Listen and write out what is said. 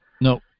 No